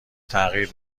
تغییر